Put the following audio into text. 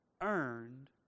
earned